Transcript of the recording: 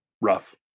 rough